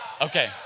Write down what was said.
Okay